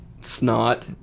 snot